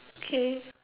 okay